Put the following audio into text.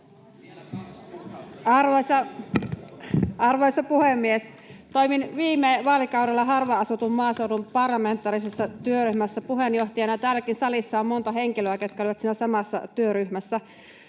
Arvoisa puhemies! Toimin viime vaalikaudella harvaan asutun maaseudun parlamentaarisessa työryhmässä puheenjohtajana, ja täälläkin salissa on monta henkilöä, ketkä olivat siinä samassa työryhmässä.